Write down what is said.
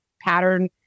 Pattern